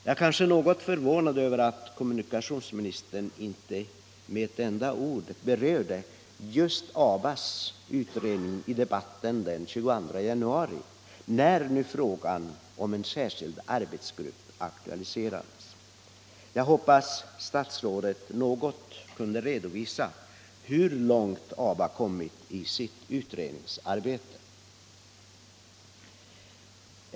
Jag är kanske något förvånad över att kommunikationsministern inte med ett enda ord berörde just ABA:s utredning i debatten den 22 januari, när frågan om en särskild arbetsgrupp aktualiserades. Jag hoppas att statsrådet i någon mån kan redovisa hur långt ABA har kommit i sitt utredningsarbete.